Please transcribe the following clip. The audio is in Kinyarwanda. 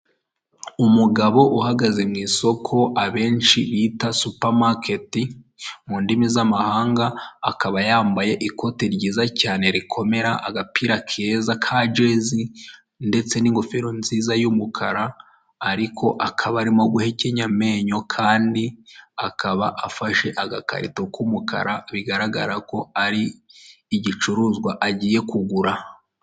Umugabo uhagaze mu isoko abenshi bita supamaketi mu ndimi z'amahanga akaba yambaye ikote ryiza cyane rikomera agapira keza kajezi ndetse n'ingofero nziza y'umukara ariko akaba arimo guhekenya amenyo kandi akaba afashe agakarito k'umukara bigaragara ko ari igicuruzwa agiye kugura .